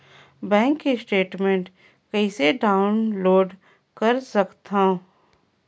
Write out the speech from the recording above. Bank statement कइसे download कर सकथव?